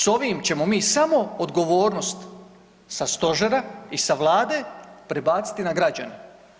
S ovim ćemo se mi samo odgovornost sa stožera i sa Vlade prebaciti na građane.